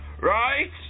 right